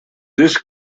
this